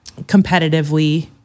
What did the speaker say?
competitively